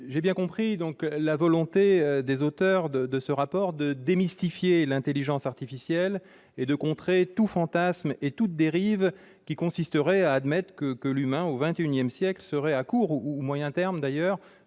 J'ai bien compris la volonté des auteurs de ce rapport de démystifier l'intelligence artificielle et de contrer tout fantasme et toute dérive qui consisterait à admettre que l'humain, au XXI siècle, serait, à court ou moyen terme d'ailleurs,